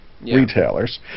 retailers